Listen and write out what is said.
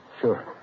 Sure